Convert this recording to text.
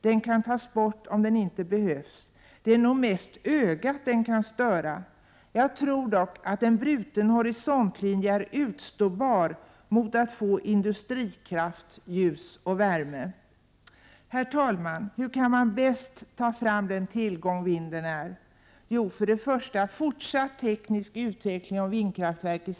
Den kan tas bort om den inte behövs. Det är nog mest ögat den kan störa. Jag tror dock att en bruten horisontlinje kan utstås, mot att man får industrikraft, ljus och värme. Herr talman! Hur kan den tillgång vinden är bäst tas fram?